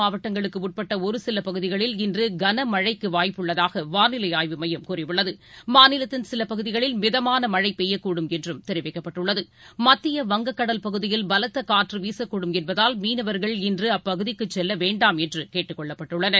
மாவட்டங்களுக்குஉட்பட்டஒருசிலபகுதிகளில் நீலகிரி கோவை சேலம் இன்றுகனமழைக்குவாய்ப்புள்ளதாகவானிலைஆய்வு எமயம் கூறியுள்ளது மாநிலத்தின் சிவபகுதிகளில் மிதமானமழைபெய்யக்கூடும் என்றும் தெரிவிக்கப்பட்டுள்ளது வங்கக் பகுதியில் பலத்தகாற்றுவீசக்கூடும் என்புகால் மீனவர்கள் மக்கிய இன்றுஅப்பகுதிக்குசெல்லவேண்டாம் என்றுகேட்டுக் கொள்ளப்பட்டுள்ளனர்